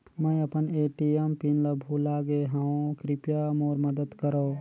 मैं अपन ATM pin ल भुला गे हवों, कृपया मोर मदद करव